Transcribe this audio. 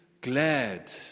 glad